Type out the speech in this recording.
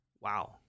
Wow